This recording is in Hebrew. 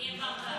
ניר ברקת.